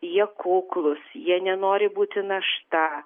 jie kuklūs jie nenori būti našta